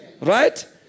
Right